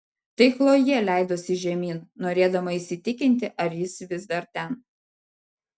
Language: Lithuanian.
tai chlojė leidosi žemyn norėdama įsitikinti ar jis vis dar ten